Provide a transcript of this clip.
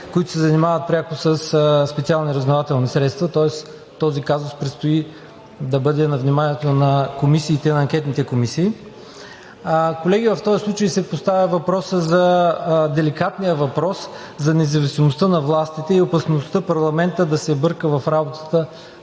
които се занимават пряко със специални разузнавателни средства, тоест този казус предстои да бъде на вниманието на анкетните комисии. Колеги, в този случай се поставя деликатният въпрос за независимостта на властите и опасността парламентът да се бърка в работата